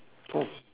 oh